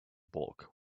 bulk